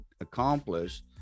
accomplished